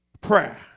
prayer